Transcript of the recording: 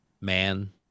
man